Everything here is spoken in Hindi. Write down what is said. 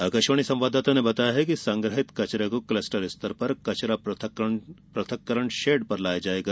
आकाशवाणी संवादददता ने बताया है कि संग्रहित कचरे को क्लस्टर स्तर पर कचरा पृथककरण शेड पर लाया जायेगा